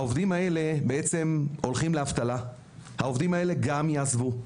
העובדים האלה הולכים לאבטלה והם גם יעזבו.